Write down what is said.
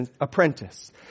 apprentice